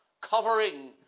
covering